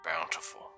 bountiful